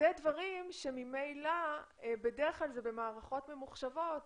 אלה דברים שממילא בדרך כלל הם במערכות ממוחשבות